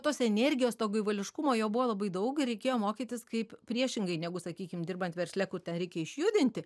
tos energijos to gaivališkumo jo buvo labai daug ir reikėjo mokytis kaip priešingai negu sakykim dirbant versle kur ten reikia išjudinti